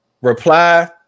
reply